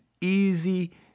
easy